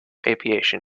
aviation